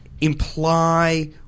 imply